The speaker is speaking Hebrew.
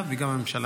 וגם הממשלה.